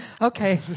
Okay